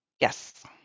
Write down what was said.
Yes